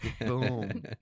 Boom